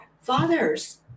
fathers